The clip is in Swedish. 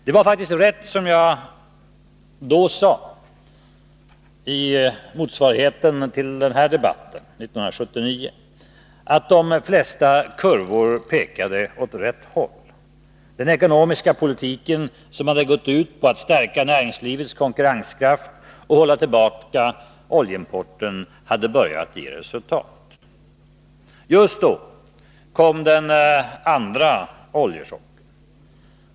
Det var faktiskt riktigt som jag 1979 sade i motsvarigheten till denna debatt, att de flesta kurvor pekade åt rätt håll. Den ekonomiska politiken, som gick ut på att stärka näringslivets konkurrenskraft och hålla tillbaka oljeimporten, hade börjat ge resultat. Just då kom den andra oljechocken.